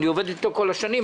אני עובד איתו במשך כל השנים,